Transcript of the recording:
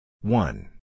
one